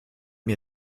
mir